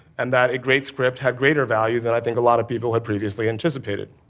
and that a great script had greater value that, i think, a lot of people had previously anticipated.